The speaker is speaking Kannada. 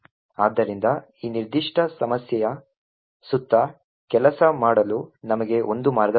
ಆದ್ದರಿಂದ ಈ ನಿರ್ದಿಷ್ಟ ಸಮಸ್ಯೆಯ ಸುತ್ತ ಕೆಲಸ ಮಾಡಲು ನಮಗೆ ಒಂದು ಮಾರ್ಗ ಬೇಕು